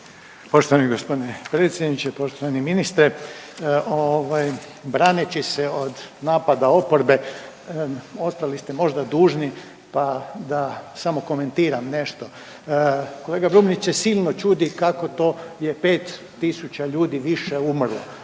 Poštovani g. predsjedniče. Poštovani ministre, ovaj braneći se od napada oporbe ostali ste možda dužni, pa da samo komentiram nešto. Kolega Brumnić se silno čudi kako to je 5.000 ljudi više umrlo.